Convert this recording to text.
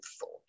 thought